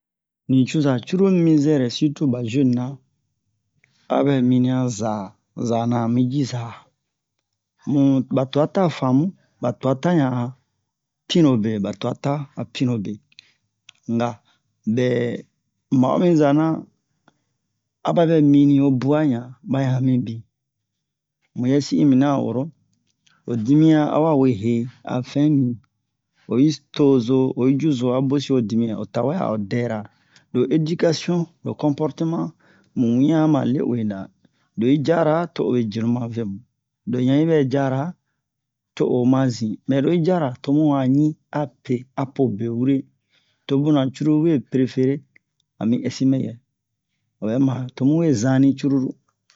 Nucoza curulu mi zɛrɛ sirtu ɓa zeni-na abɛ miniyan za za na ami ji za um ɓa twa taa faamu ɓa twa ta ɲan a pinno be ɓa twa a pinno be nga ɓɛ ma'omi za na aba ɓɛ miniyan bwa ɲan ɓa ɲan mibin ho muyɛsi un miniyan an woro ho dimiyan awa we hee a fɛn bin oyi to zo oyi cu zo a bosi ho dimiyan o tawɛ a o dɛra lo edikasiyon lo conporteman mu wiɲan ma le uwe na lo yi cara o uwe jenu ma vemu lo ɲan yi ɓɛ cara to o ma zin mɛ lo yi cara mu a ɲin ape apo be wure to bunna curulu we prefere ami ɛsi mɛyɛ obɛ marz to mu we zanni curulu